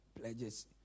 pledges